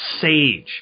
sage